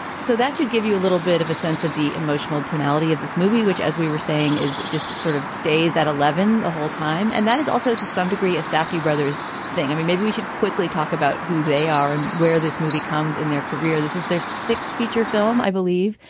so that should give you a little bit of a sense of the emotional tonality of this movie, which, as we were saying, is just sort of stays at eleven the ah whole time. and that is also to some degree a safty brothers thing. i mean, maybe we should quickly talk about who they are and where this movie comes in their career. this is their sixth feature film, i believe,